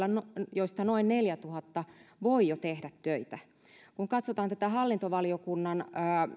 joista noin neljätuhatta voi jo tehdä töitä kun katsotaan tätä hallintovaliokunnan